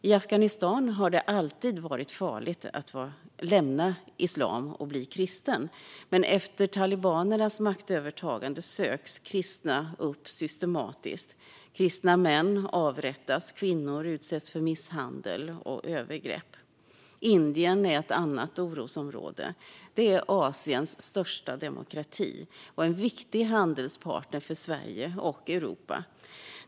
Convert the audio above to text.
I Afghanistan har det alltid varit farligt att lämna islam och bli kristen, men efter talibanernas maktövertagande söks kristna systematiskt upp. Kristna män avrättas, och kvinnor utsätts för misshandel och övergrepp. Indien är ett annat orosområde. Det är Asiens största demokrati och en viktig handelspartner för Sverige och Europa.